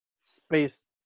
space